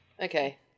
Okay